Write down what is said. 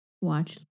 watch